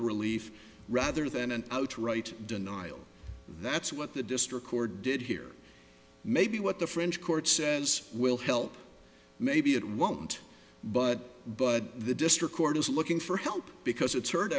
relief rather than an outright denial that's what the district court did here maybe what the french court says will help maybe it won't but but the district court is looking for help because it's h